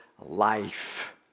life